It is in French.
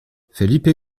felipe